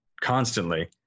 constantly